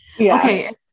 Okay